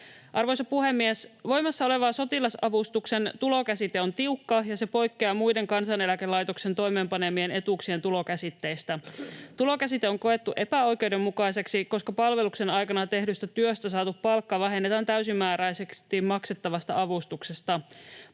Arvoisa puhemies! Voimassa oleva sotilasavustuksen tulokäsite on tiukka, ja se poik-keaa muiden Kansaneläkelaitoksen toimeenpanemien etuuksien tulokäsitteistä. Tulokäsite on koettu epäoikeudenmukaiseksi, koska palveluksen aikana tehdystä työstä saatu palkka vähennetään täysimääräisesti maksettavasta avustuksesta.